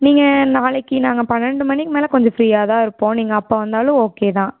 நீங்கள் நாளைக்கு நாங்கள் பன்னெண்டு மணிக்கு மேல் கொஞ்சம் ஃப்ரியாக தான் இருப்போம் நீங்கள் எப்போ வந்தாலும் ஓகே தான்